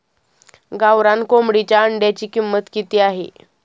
गावरान कोंबडीच्या अंड्याची किंमत किती आहे?